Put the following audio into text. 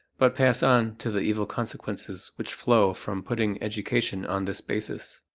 but pass on to the evil consequences which flow from putting education on this basis.